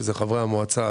שזה חברי המועצה,